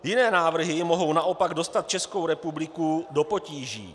Jiné návrhy mohou naopak dostat Českou republiku do potíží.